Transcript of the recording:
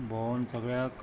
भोंवन सगळ्याक